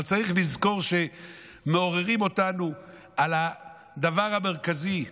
אבל צריך לזכור שמעוררים אותנו על הדבר המרכזי של,